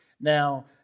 Now